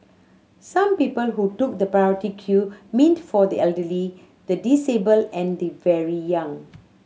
some people who took the priority queue meant for the elderly the disabled and the very young